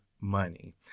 money